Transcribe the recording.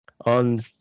on